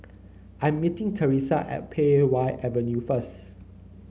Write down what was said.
I'm meeting Thresa at Pei Wah Avenue first